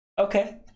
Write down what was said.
Okay